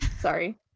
sorry